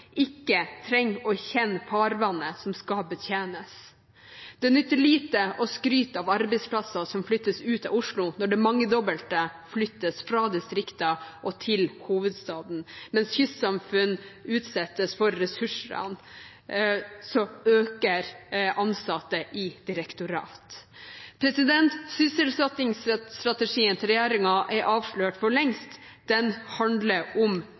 ikke trenger å kjenne farvannet som skal betjenes. Det nytter lite å skryte av arbeidsplasser som flyttes ut av Oslo, når det mangedobbelte flyttes fra distrikter og til hovedstaden. Mens kystsamfunn utsettes for ressursran, øker antall ansatte i direktorat. Sysselsettingsstrategien til regjeringen er avslørt for lengst – den handler om